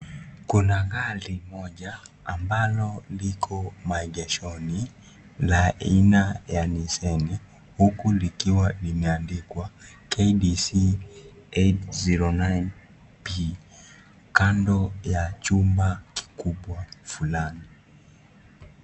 Kuna gari mmoja ambalo liko maegeshoni la aina la Nissani huku likiwa limeandikwa KDC 809p kando cha chumba kikubwa fulani.